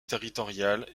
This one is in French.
territoriale